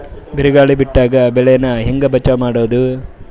ಬಿರುಗಾಳಿ ಬಿಟ್ಟಾಗ ಬೆಳಿ ನಾ ಹೆಂಗ ಬಚಾವ್ ಮಾಡೊದು?